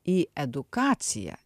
į edukaciją